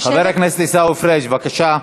חבר הכנסת עיסאווי פריג', בבקשה.